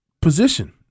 position